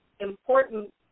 important